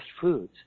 foods